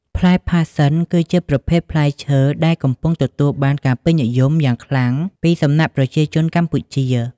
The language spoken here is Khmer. ផ្លែផាសសិន គឺជាប្រភេទផ្លែឈើដែលកំពុងទទួលបានការពេញនិយមយ៉ាងខ្លាំងពីសំណាក់ប្រជាជនកម្ពុជា។